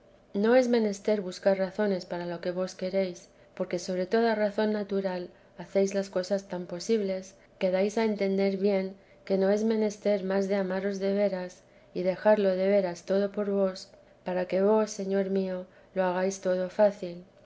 no es menester buscar razones para lo que vos queréis porque sobre toda razón natural hacéis las cosas tan posibles que dais a entender bien que no es menester más de amaros de veras y dejarlo de veras todo por vos para que vos señor mío lo hagáis todo fácil